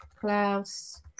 Klaus